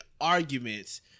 arguments